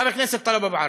חבר הכנסת טלב אבו עראר,